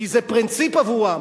כי זה פרינציפ עבורם.